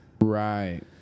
Right